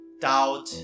doubt